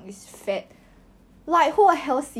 then I did one for myself also